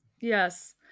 yes